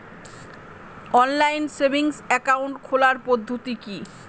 Online savings account খোলার পদ্ধতি কি?